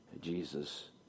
Jesus